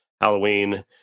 Halloween